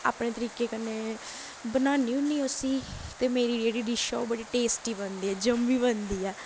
अपने तरीके कन्नै बनान्नी होन्नीं उस्सी ते मेरी जेह्ड़ी डिश ऐ ओह् बड़ी टेस्टी बनदी ऐ जम्मी बनदी ऐ